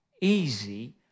easy